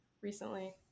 recently